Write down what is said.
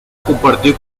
compartió